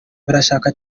barashaka